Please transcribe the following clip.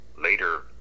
later